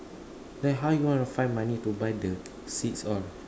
then how you gonna find money to buy the seats all